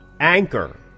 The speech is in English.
Anchor